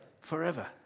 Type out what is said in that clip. forever